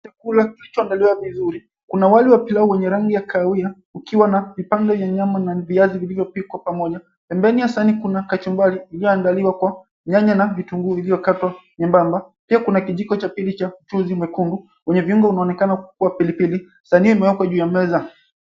Chakula kilichoandaliwa vizuri. Kuna wali wa pilau wenye rangi ya kahawia ukiwa na vipande vya nyama na viazi vilivyopikwa pamoja. Pembeni ya sahani kuna kachumbari iliyoandaliwa kwa nyanya na vitunguu viliyokatwa nyembamba. Pia kuna kijiko cha pili cha mchuzi mwekundu wenye viungo unaonekana kuwa pilipili. Sania imewekwa juu ya meza.